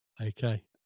Okay